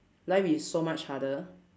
life is so much harder